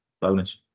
bonus